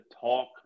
talk